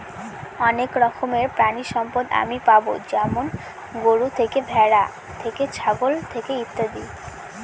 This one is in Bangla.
অনেক রকমের প্রানীসম্পদ আমি পাবো যেমন গরু থেকে, ভ্যাড়া থেকে, ছাগল থেকে ইত্যাদি